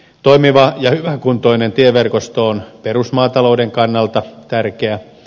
toimiva ja hyväkuntoinen tieverkosto on perusmaatalouden kannalta tärkeä